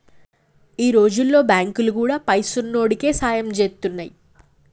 ఈ రోజుల్ల బాంకులు గూడా పైసున్నోడికే సాయం జేత్తున్నయ్